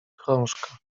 krążka